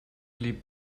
blieb